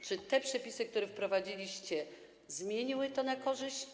Czy te przepisy, które wprowadziliście, zmieniły to na korzyść?